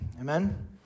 Amen